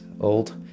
old